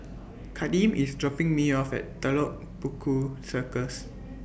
Kadeem IS dropping Me off At Telok Paku Circus